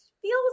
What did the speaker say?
feels